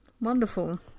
Wonderful